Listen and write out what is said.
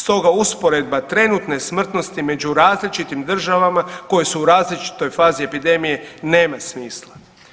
Stoga usporedba trenutne smrtnosti među različitim državama koje su u različitoj fazi epidemije nema smisla.